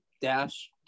dash